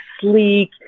sleek